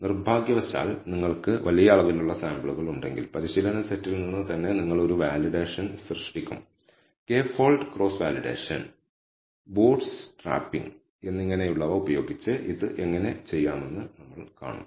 നിർഭാഗ്യവശാൽ നിങ്ങൾക്ക് വലിയ അളവിലുള്ള സാമ്പിളുകൾ ഇല്ലെങ്കിൽ പരിശീലന സെറ്റിൽ നിന്ന് തന്നെ നിങ്ങൾ ഒരു വാലിഡേഷൻ സൃഷ്ടിക്കും K fold cross validation bootstrapping എന്നിങ്ങനെയുള്ളവ ഉപയോഗിച്ച് ഇത് എങ്ങനെ ചെയ്യാമെന്ന് നമ്മൾ കാണും